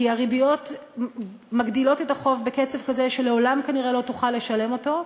כי הריביות מגדילות את החוב בקצב כזה שלעולם כנראה לא תוכל לשלם אותו,